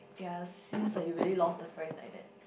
ya seems like you really lost the friend like that